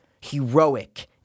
heroic